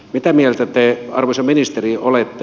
mitä mieltä te arvoisa ministeri olette